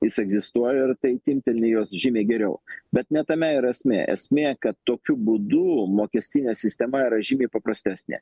jis egzistuoja ir tai timpteli juos žymiai geriau bet ne tame yra esmė esmė kad tokiu būdu mokestinė sistema yra žymiai paprastesnė